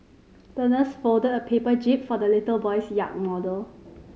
the nurse folded a paper jib for the little boy's yacht model